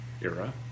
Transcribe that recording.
era